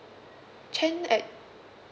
chen at